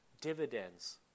dividends